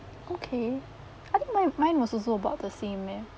okay I think my mine was also about the same eh